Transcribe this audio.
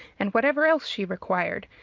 and whatever else she required,